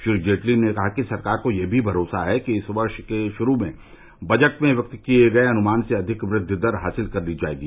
श्री जेटली ने कहा कि सरकार को यह भी भरोसा है कि इस वर्ष के शुरू में बजट में व्यक्त किए गए अनुमान से अधिक वृद्धि दर हासिल कर ली जाएगी